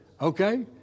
Okay